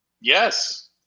Yes